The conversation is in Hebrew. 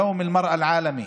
יום האישה הבין-לאומי,